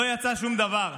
לא יצא שום דבר.